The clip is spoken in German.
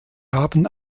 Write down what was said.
haben